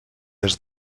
est